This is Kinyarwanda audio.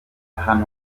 hano